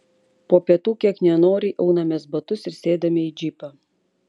po pietų kiek nenoriai aunamės batus ir sėdame į džipą